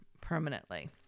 permanently